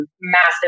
massive